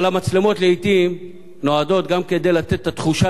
אבל המצלמות לעתים נועדות כדי לתת את התחושה